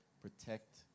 protect